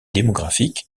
démographique